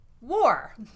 war